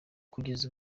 kugeza